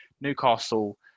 Newcastle